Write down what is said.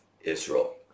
israel